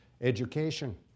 education